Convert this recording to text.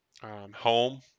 home